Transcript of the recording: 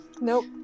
Nope